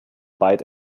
byte